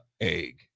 egg